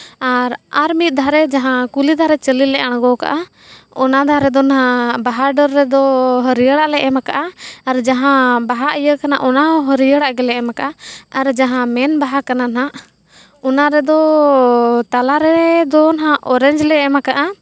ᱟᱨ ᱟᱨ ᱢᱤᱫ ᱫᱷᱟᱨᱮ ᱠᱩᱞᱦᱤ ᱫᱷᱟᱨᱮ ᱪᱟᱹᱞᱤ ᱞᱮ ᱟᱬᱜᱚ ᱠᱟᱜᱼᱟ ᱚᱱᱟ ᱫᱷᱟᱨᱮ ᱫᱚ ᱦᱟᱸᱜ ᱵᱟᱦᱟ ᱰᱟᱹᱨ ᱨᱮᱫᱚ ᱦᱟᱹᱨᱭᱟᱹᱲᱟᱜ ᱞᱮ ᱮᱢ ᱠᱟᱜᱼᱟ ᱡᱟᱦᱟᱸ ᱵᱟᱦᱟ ᱤᱭᱟᱹ ᱠᱟᱱᱟ ᱚᱱᱟᱦᱚᱸ ᱦᱟᱹᱨᱭᱟᱹᱲ ᱟᱜ ᱜᱮᱞᱮ ᱮᱢ ᱠᱟᱜᱼᱟ ᱟᱨ ᱡᱟᱦᱟᱸ ᱢᱮᱱ ᱵᱟᱦᱟ ᱠᱟᱱᱟ ᱦᱟᱸᱜ ᱚᱱᱟ ᱨᱮᱫᱚ ᱛᱟᱞᱟ ᱨᱮᱫᱚ ᱦᱟᱸᱜ ᱚᱨᱮᱧᱡᱽ ᱞᱮ ᱮᱢ ᱠᱟᱫᱟ